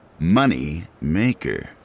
Moneymaker